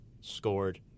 scored